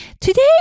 Today